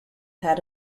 had